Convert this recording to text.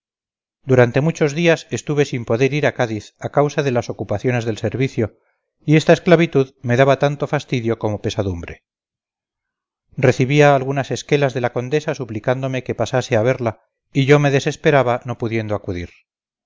durante muchos días estuve sin poder ir a cádiz a causa de las ocupaciones del servicio y esta esclavitud me daba tanto fastidio como pesadumbre recibía algunas esquelas de la condesa suplicándome que pasase a verla y yo me desesperaba no pudiendo acudir